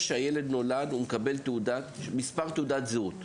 הוא מקבל מספר תעודת זהות,